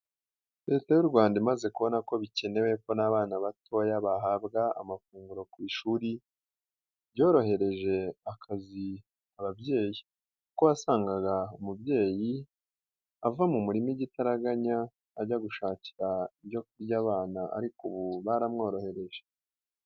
Leta y'u Rwanda imaze kubona ko bikenewe ko n'abana batoya bahabwa amafunguro ku ishuri byorohereje akazi ababyeyi kuko wasangaga umubyeyi ava mu murima igitaraganya ajya gushakira ibyo kurya abana ariko ubu baramworohereje.